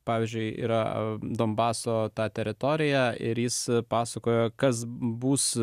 pavyzdžiui yra donbaso tą teritoriją ir jis pasakojo kas bus